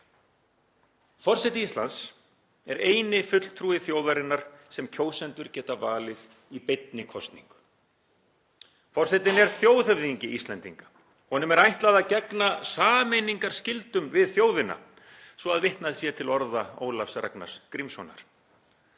Forseti Íslands er eini fulltrúi þjóðarinnar sem kjósendur geta valið í beinni kosningu. Forsetinn er þjóðhöfðingi Íslendinga. Honum er ætlað að gegna „sameiningarskyldum við þjóðina“ svo að vitnað sé til orða Ólafs Ragnars Grímssonar.